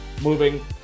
moving